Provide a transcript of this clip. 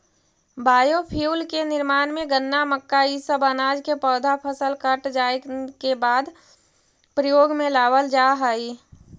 biofuel के निर्माण में गन्ना, मक्का इ सब अनाज के पौधा फसल कट जाए के बाद प्रयोग में लावल जा हई